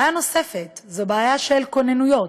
בעיה נוספת זו בעיה של כוננויות.